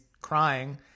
crying